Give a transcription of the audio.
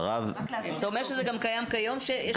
אתה אומר שזה גם קיים כיום שיש פלגים.